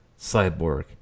Cyborg